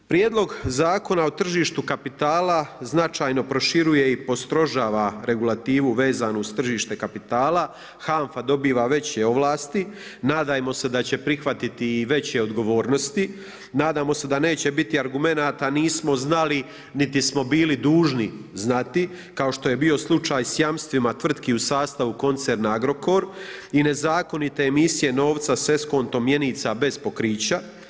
Prijedlog Zakona o tržištu kapitala značajno proširuje i postrožava regulativu vezanu uz tržište kapitala, HAMFA dobiva veće ovlasti, nadajmo se da će prihvatiti i veće odgovornosti, nadamo se da neće biti argumenata nismo znali, niti smo bili dužni znati, kao što je bio slučaj s jamstvima tvrtki u sastavu koncerna Agrokor i nezakonite emisije novca s Eskontom mijenica bez pokrića.